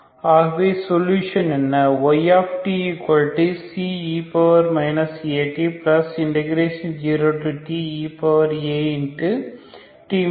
ஆகவே சொலுஷன் என்ன